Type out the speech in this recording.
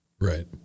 Right